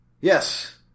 Yes